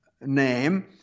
name